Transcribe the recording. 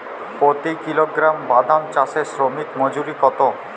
প্রতি কিলোগ্রাম বাদাম চাষে শ্রমিক মজুরি কত?